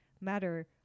matter